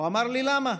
הוא אמר לי: למה?